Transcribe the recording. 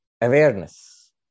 awareness